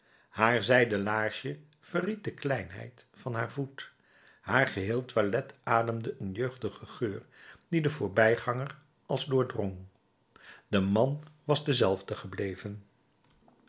haar zijden laarsje verried de kleinheid van haar voet haar geheel toilet ademde een jeugdigen geur die den voorbijganger als doordrong de man was dezelfde gebleven